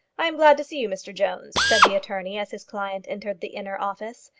i am glad to see you, mr jones, said the attorney as his client entered the inner office.